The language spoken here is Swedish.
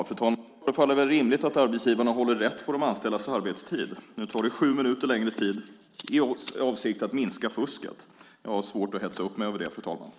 Fru talman! Det är väl rimligt att arbetsgivarna håller rätt på de anställdas arbetstid. Nu tar det sju minuter längre tid - i avsikt att minska fusket. Jag har svårt att hetsa upp mig över det, fru talman.